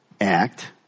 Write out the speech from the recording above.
act